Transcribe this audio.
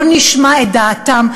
לא נשמע את דעתם,